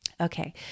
Okay